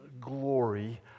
glory